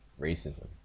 racism